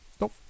Nope